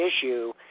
issue